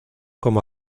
como